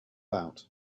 out